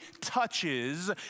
touches